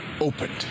opened